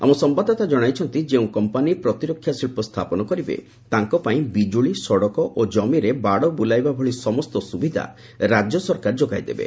ଆମ ସମ୍ଭାଦଦାତା ଜଣାଇଛନ୍ତି ଯେଉଁ କମ୍ପାନି ପ୍ରତିରକ୍ଷା ଶିଳ୍ପ ସ୍ଥାପନ କରିବେ ତାଙ୍କ ପାଇଁ ବିଜୁଳି ସଡ଼କ ଓ ଜମିରେ ବାଡ଼ ବୁଲାଇବା ଭଳି ସମସ୍ତ ସୁବିଧା ରାଜ୍ୟ ସରକାର ଯୋଗାଇଦେବେ